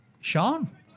Sean